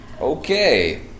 Okay